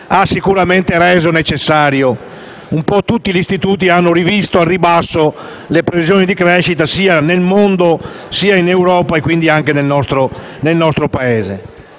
e nei primi mesi del 2016. Un po' tutti gli istituti hanno rivisto al ribasso le previsioni di crescita nel mondo, in Europa e, quindi, anche nel nostro Paese.